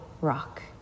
rock